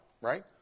right